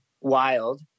wild